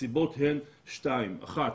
הסיבות הן שתיים, אחת,